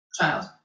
child